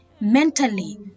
mentally